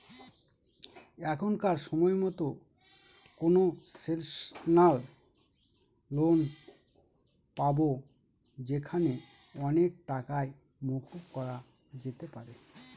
এখনকার সময়তো concessional loan পাবো যেখানে অনেক টাকাই মকুব করা যেতে পারে